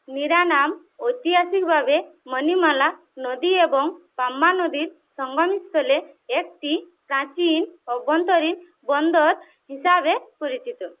নিরানাম ঐতিহাসিকভাবে মণিমালা নদী এবং পাম্বা নদীর সঙ্গমস্থলে একটি প্রাচীন অভ্যন্তরীণ বন্দর হিসাবে পরিচিত